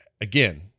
again